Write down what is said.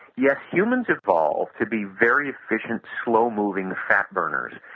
yes, humans evolved to be very efficient slow-moving fat burners,